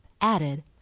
added